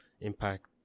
impact